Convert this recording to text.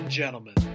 gentlemen